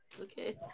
Okay